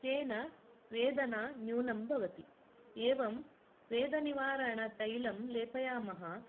तेन वेदना न्यूनं भवति एवं वेदनिवारणतैलं लेपयामः